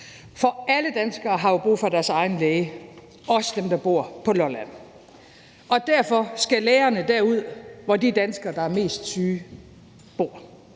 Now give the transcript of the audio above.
For alle danskere har jo brug for deres egen læge, også dem, der bor på Lolland. Derfor skal lægerne derud, hvor de danskere, der er mest syge, bor.